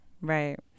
right